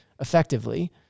effectively